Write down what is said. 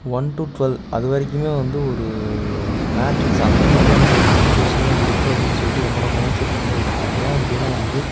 one two twelve அதுவரைக்குமே வந்து ஒரு மேட்ரிக்ஸ் அந்தமாதிரியான ஒரு சுச்சுவேஷனில் இருக்கு அப்படின்னு சொல்லிட்டு என்னோட மைண்ட்செட் வந்து இருக்கு ஏன் அப்படினா வந்து